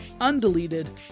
undeleted